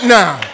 now